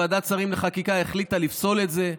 ועדת שרים לחקיקה החליטה לפסול את זה.